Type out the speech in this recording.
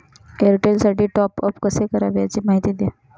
एअरटेलसाठी टॉपअप कसे करावे? याची माहिती द्या